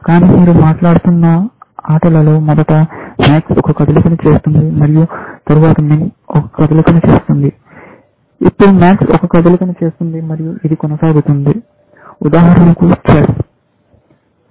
కానీ మీరు మాట్లాడుతున్న ఆటలలో మొదట MAX ఒక కదలికను చేస్తుంది మరియు తరువాత MIN ఒక కదలికను చేస్తుంది ఇప్పుడు MAX ఒక కదలికను చేస్తుంది మరియు ఇది కొనసాగుతుంది ఉదాహరణకు చెస్